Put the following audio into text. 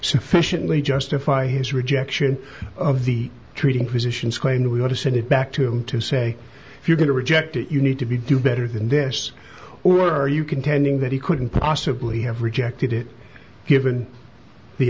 sufficiently justify his rejection of the treating physicians claim to want to send it back to him to say if you're going to reject it you need to be do better than this or are you contending that he couldn't possibly have rejected it given the